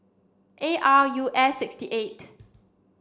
A R U S six eight